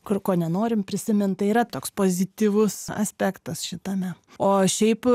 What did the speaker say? kur ko nenorim prisimint tai yra toks pozityvus aspektas šitame o šiaip